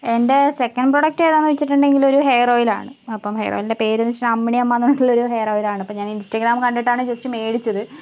എൻ്റെ second product ഏതാന്ന് വച്ചിട്ടുണ്ടെങ്കിലൊരു ഹെയർ ഓയിൽ ആണ് അപ്പം ഹെയർ ഓയിലിൻ്റെ പേര് ഏതെന്ന് വച്ചിട്ടുണ്ടെങ്കില് അമ്മിണിയമ്മാന്ന് പറഞ്ഞിട്ടൊരു ഹെയർ ഓയിൽ ആണ് ഇപ്പ ഞാൻ ഇൻസ്റ്റാഗ്രാം കണ്ടിട്ടാണ് ജസ്റ്റ് മേടിച്ചത്